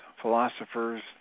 philosophers